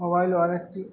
mobile ওয়ালেটটি